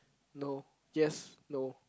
no yes no